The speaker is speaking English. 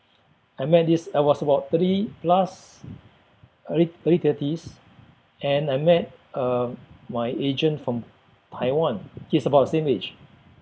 I met this I was about thirty plus early early thirties and I met uh my agent from Taiwan he's about the same age